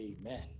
amen